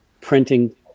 printing